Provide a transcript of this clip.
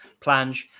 Plange